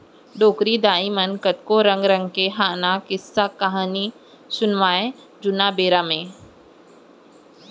डोकरी दाइ मन कतको रंग रंग के हाना, किस्सा, कहिनी सुनावयँ जुन्ना बेरा म